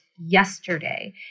yesterday